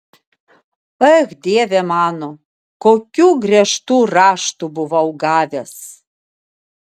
ech dieve mano kokių griežtų raštų buvau gavęs